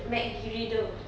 mcgriddle